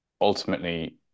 ultimately